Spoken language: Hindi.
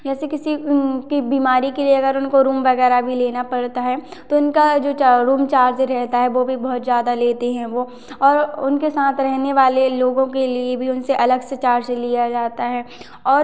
जैसे किसी की बीमारी के लिए अगर उनको रुम वगैरह भी लेना पड़ता है तो उनका जो चा रूम चार्ज रहता है वो भी बहुत ज़्यादा लेते हैं वो और उनके साथ रहने वाले लोगों के लिए भी उनसे अलग से चार्ज लिया जाता है और